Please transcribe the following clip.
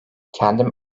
kendim